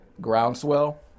groundswell